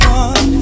one